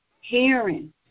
hearing